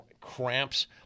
cramps